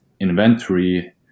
inventory